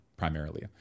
primarily